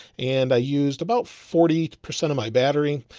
and i used about forty percent of my battery.